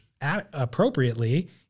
appropriately